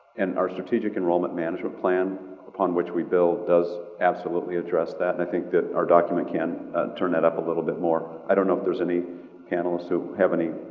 and our strategic enrollment management plan upon which we build does absolutely address that. and i think that our document can turn that up a little bit more. i don't know if there's any panelists who have any,